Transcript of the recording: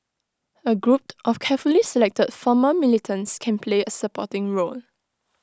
A group of carefully selected former militants can play A supporting role